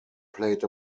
played